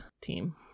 team